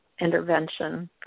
intervention